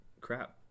crap